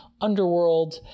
underworld